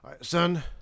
Son